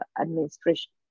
administration